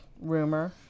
rumor